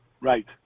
Right